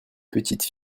petites